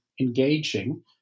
engaging